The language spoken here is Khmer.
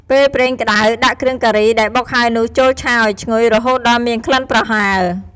ពេលប្រេងក្ដៅ ដាក់គ្រឿងការីដែលបុកហើយនោះចូលឆាឱ្យឈ្ងុយ រហូតដល់មានក្លិនប្រហើរ។